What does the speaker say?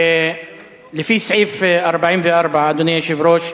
לפי סעיף 44, אדוני היושב-ראש,